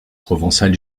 provençal